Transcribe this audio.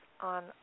on